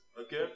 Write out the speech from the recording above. Okay